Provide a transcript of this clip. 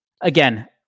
again